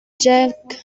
jack